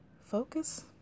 Focus